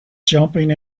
jumping